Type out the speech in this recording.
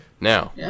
Now